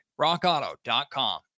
rockauto.com